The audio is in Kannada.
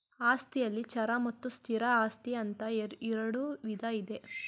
ಆಸ್ತಿಯಲ್ಲಿ ಚರ ಮತ್ತು ಸ್ಥಿರ ಆಸ್ತಿ ಅಂತ ಇರುಡು ವಿಧ ಇದೆ